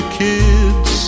kids